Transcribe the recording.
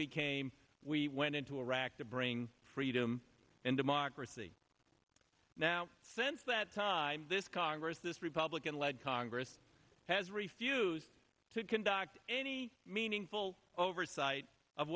became we went into iraq to bring freedom and democracy now since that time this congress this republican led congress has refused to conduct any meaningful oversight of